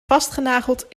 vastgenageld